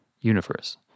universe